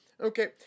okay